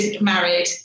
married